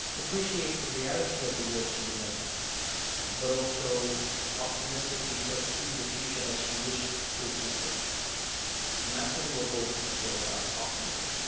appreciate the reality of the world she was in but also optimistically pursue the future that she wished to exist in and that's for me what goalkeepers is all about, optimism.